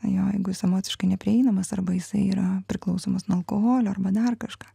jo jeigu jis emociškai neprieinamas arba jisai yra priklausomas nuo alkoholio arba dar kažką